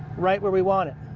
right where we want it.